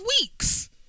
weeks